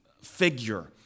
figure